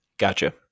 Gotcha